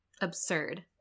absurd